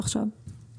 אז